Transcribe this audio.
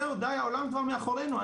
זה העולם כבר מאחרינו,